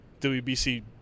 WBC